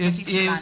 המשפטית שלנו.